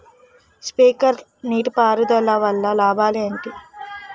Sprinkler నీటిపారుదల వల్ల లాభాలు ఏంటి?